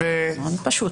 מאוד פשוט.